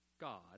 God